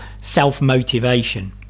self-motivation